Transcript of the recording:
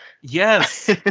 Yes